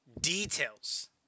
details